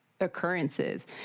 occurrences